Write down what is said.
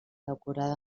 decorada